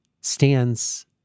stands